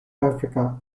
africa